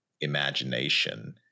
imagination